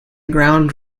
ground